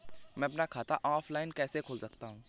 मैं अपना खाता ऑफलाइन कैसे खोल सकता हूँ?